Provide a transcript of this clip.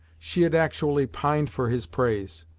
she had actually pined for his praise,